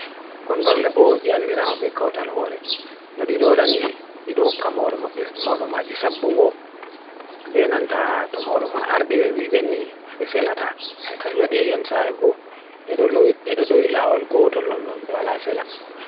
kondor lebo dhyan nirama bake out al hore no dhiroda ni dhiroka mawdoma jisab bongo benanta to mawdoma ardi bewe bheni beselata kanjwa dhyan sa aigo dhiroda ila ol go to london dhala sela